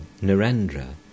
Narendra